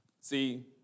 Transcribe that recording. see